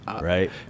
right